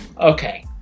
Okay